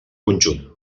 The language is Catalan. conjunt